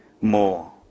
more